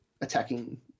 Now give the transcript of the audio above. attacking